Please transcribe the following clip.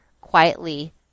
quietly